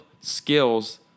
skills